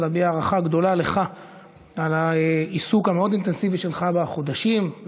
ולהביע הערכה גדולה לך על העיסוק המאוד-אינטנסיבי שלך בחודשים האחרונים,